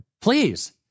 Please